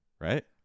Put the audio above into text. right